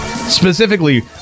Specifically